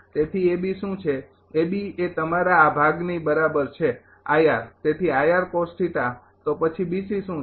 તેથી શું છે એ તમારા આ ભાગની બરાબર છે તેથી તો પછી શું છે